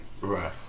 Right